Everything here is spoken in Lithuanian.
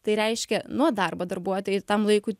tai reiškia nuo darbo darbuotojai tam laikui